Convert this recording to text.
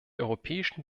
europäischen